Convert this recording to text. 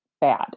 bad